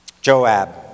Joab